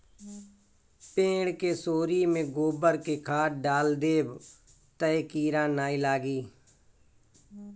पेड़ के सोरी में गोबर के खाद डाल देबअ तअ कीरा नाइ लागी